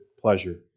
pleasure